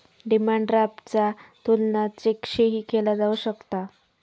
demand ड्राफ्टचा तुलना चेकशीही केला जाऊ शकता